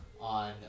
on